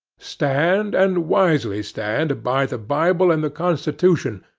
stand, and wisely stand, by the bible and the constitution,